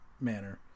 manner